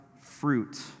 fruit